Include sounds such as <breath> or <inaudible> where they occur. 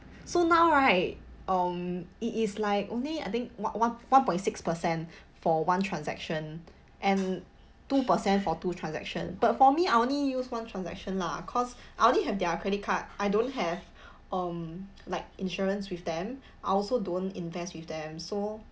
so now right um it is like only I think one one one point six percent <breath> for one transaction and two percent for two transaction but for me I only use one transaction lah cause I only have their credit card I don't have <breath> um like insurance with them I also don't invest with them so